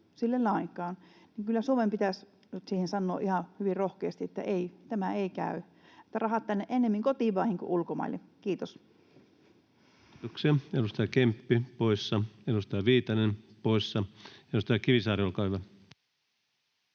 Kyllä Suomen pitäisi nyt siihen sanoa hyvin rohkeasti, että ei, tämä ei käy, että rahat tänne, ennemmin kotiin kuin ulkomaille. — Kiitos. Kiitoksia. — Edustaja Kemppi poissa, edustaja Viitanen poissa. — Edustaja Kivisaari, olkaa hyvä.